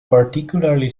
particularly